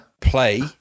play